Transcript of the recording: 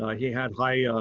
he had high